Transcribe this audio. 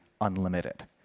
unlimited